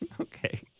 Okay